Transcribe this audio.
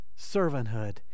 servanthood